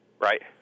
right